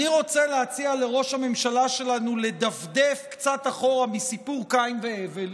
אני רוצה להציע לראש הממשלה שלנו לדפדף קצת אחורה מסיפור קין והבל